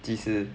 几时